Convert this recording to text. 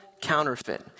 counterfeit